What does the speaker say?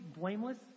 blameless